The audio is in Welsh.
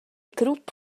grŵp